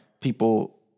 people